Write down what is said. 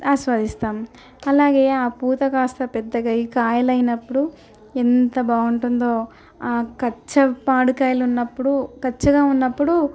ఆస్వాదిస్తాము అలాగే ఆ పూత కాస్త పెద్దగయి కాయలైనప్పుడు ఎంత బాగుంటుందో పచ్చ మామిడికాయలున్నప్పుడు పచ్చగా ఉన్నప్పుడు